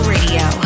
Radio